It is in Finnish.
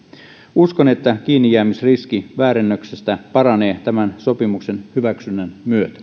uskon että kiinnijäämisriski väärennöksestä paranee tämän sopimuksen hyväksynnän